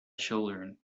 children